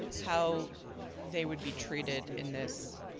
how they would be treated in this